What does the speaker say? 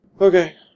Okay